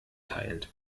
teilt